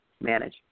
manage